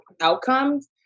outcomes